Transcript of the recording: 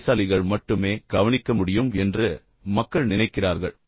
புத்திசாலிகள் மட்டுமே கவனிக்க முடியும் என்று மக்கள் நினைக்கிறார்கள்